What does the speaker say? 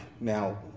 now